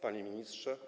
Panie Ministrze!